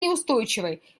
неустойчивой